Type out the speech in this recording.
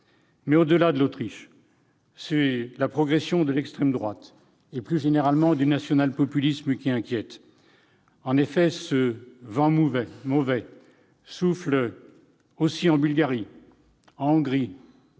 du seul cas de l'Autriche, c'est la progression de l'extrême droite, et plus généralement du national-populisme, qui inquiète. En effet, ce vent mauvais souffle aussi en Bulgarie, en Hongrie,